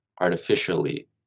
artificially